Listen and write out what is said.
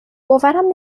باورم